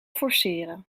forceren